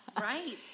Right